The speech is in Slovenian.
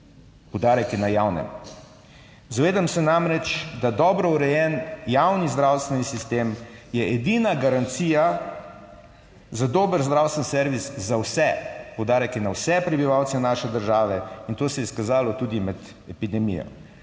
poudarek je na javnem. Zavedam se namreč, da dobro urejen javni zdravstveni sistem je edina garancija za dober zdravstveni servis za vse, poudarek je na vse prebivalce naše države in to se je izkazalo tudi med epidemijo.